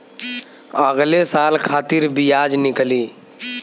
अगले साल खातिर बियाज निकली